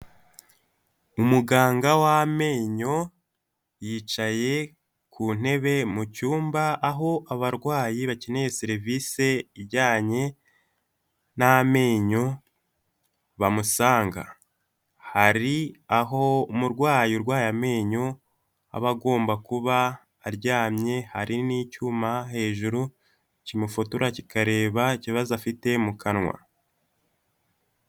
Umuganga w'amenyo yicaye ku ntebe mu cyumba aho abarwayi bakeneye serivisi ijyanye n'amenyo bamusanga, hari aho umurwayi urwaye amenyo aba agomba kuba aryamye hari n'icyuma hejuru kimufotora kikareba ikibazo afite mu kanwa.